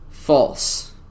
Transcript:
false